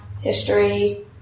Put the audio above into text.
history